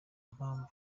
mpamvu